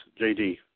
JD